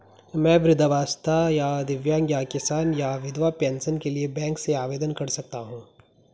मैं वृद्धावस्था या दिव्यांग या किसान या विधवा पेंशन के लिए बैंक से आवेदन कर सकता हूँ?